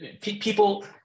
people